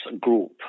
group